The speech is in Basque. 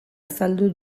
azaldu